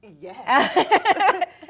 Yes